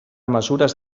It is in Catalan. mesures